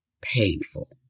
painful